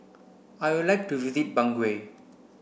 I would like to visit Bangui